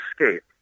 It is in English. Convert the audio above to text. escape